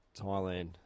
Thailand